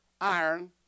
iron